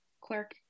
clerk